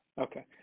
Okay